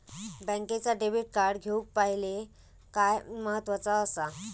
बँकेचा debit card घेउक पाहिले काय महत्वाचा असा?